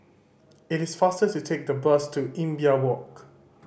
it is faster to take the bus to Imbiah Walk